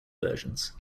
versions